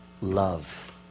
love